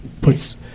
puts